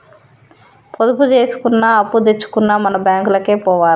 పొదుపు జేసుకున్నా, అప్పుదెచ్చుకున్నా మన బాంకులకే పోవాల